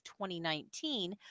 2019